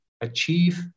achieve